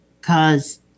cause